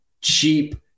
cheap